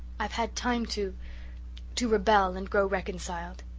i've had time to to rebel and grow reconciled.